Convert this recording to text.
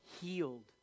healed